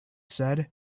said